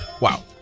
Wow